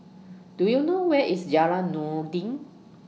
Do YOU know Where IS Jalan Noordin